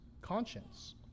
conscience